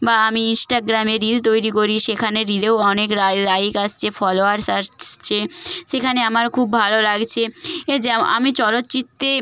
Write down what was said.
বা আমি ইন্সটাগ্রামে রিল তৈরি করি সেখানে রিলেও অনেক লাইক আসছে ফলোয়ার্স আসছে সেখানে আমার খুব ভালো লাগছে এ যেমন আমি চলচ্চিত্রে